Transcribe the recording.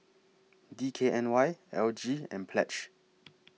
D K N Y L G and Pledge